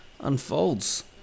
unfolds